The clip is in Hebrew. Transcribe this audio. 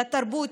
לתרבות,